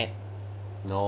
!wah! she rap